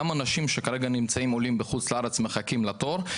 גם אנשים שכרגע נמצאים בחוץ לארץ ומחכים לתור לעלייה,